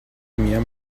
mir